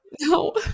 No